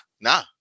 nah